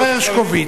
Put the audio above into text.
השר נהרי,